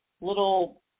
little